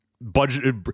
budget